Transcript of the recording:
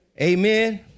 Amen